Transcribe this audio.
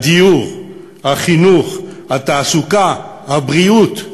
הדיור, החינוך, התעסוקה, הבריאות,